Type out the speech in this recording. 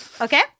Okay